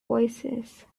voicesand